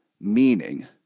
meaning